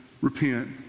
repent